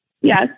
Yes